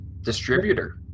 distributor